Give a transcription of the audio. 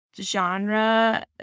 genre